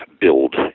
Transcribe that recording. build